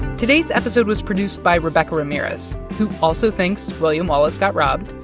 today's episode was produced by rebecca ramirez, who also thinks william wallace got robbed,